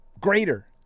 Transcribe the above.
greater